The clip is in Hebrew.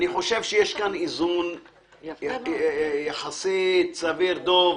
אני חושב שיש כאן איזון יחסית סביר, דב.